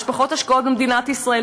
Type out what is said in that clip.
יש פחות השקעות במדינת ישראל,